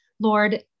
Lord